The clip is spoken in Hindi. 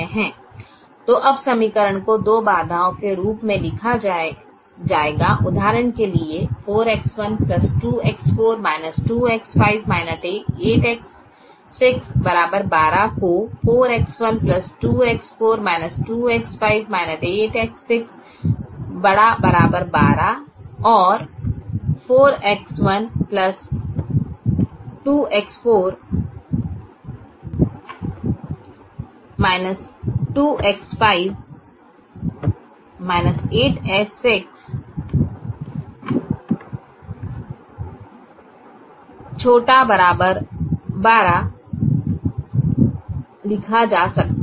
तो अब समीकरण को दो बाधाओं के रूप में लिखा जाएगा उदाहरण के लिए 4X1 2X4 2X5 8X6 12 को 4X1 2X4 2X5 8X6 ≥ 12 और 4X1 2X4 2X5 8X6 ≤ 12 लिखा जा सकता है